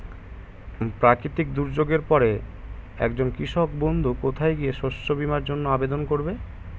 প্রাকৃতিক দুর্যোগের পরে একজন কৃষক বন্ধু কোথায় গিয়ে শস্য বীমার জন্য আবেদন করবে?